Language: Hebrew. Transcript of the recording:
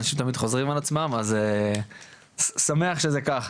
אנשים בסופו של דבר פשוט תמיד חוזרים על עצמם אז אני שמח שזה כך.